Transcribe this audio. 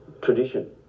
tradition